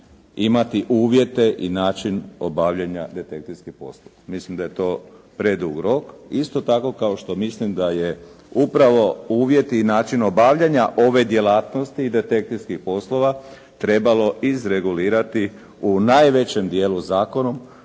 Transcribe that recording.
imati uvjete i način obavljanja detektivske poslove. Mislim da je to predug rok, isto tako kao što mislim da je upravo uvjeti i način obavljanja ove djelatnosti i detektivskih poslova trebalo izregulirati u najvećem dijelu zakonom